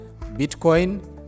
bitcoin